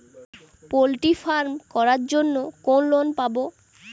Poultry farm করার জন্য কোন লোন পাব?